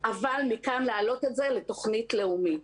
אבל מכאן להעלות את זה לתוכנית לאומית.